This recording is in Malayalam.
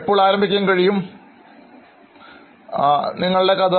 എപ്പോൾ ആരംഭിക്കാൻ കഴിയും നിങ്ങളുടെ കഥ